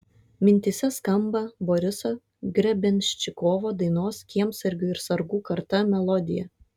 mintyse skamba boriso grebenščikovo dainos kiemsargių ir sargų karta melodija